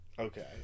Okay